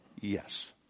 Yes